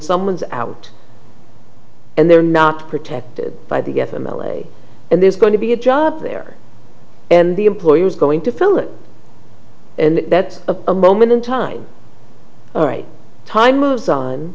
someone's out and they're not protected by the f m l a and there's going to be a job there and the employer is going to fill it and that's a moment in time the right time moves on